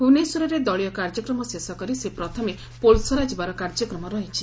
ଭ୍ରବନେଶ୍ୱରରେ ଦଳୀୟ କାର୍ଯ୍ୟକ୍ରମ ଶେଷ କରି ସେ ପ୍ରଥମେ ପୋଲସରା ଯିବାର କାର୍ଯ୍ୟକ୍ରମ ରହିଛି